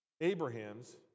Abraham's